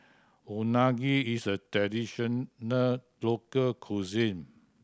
unagi is a traditional local cuisine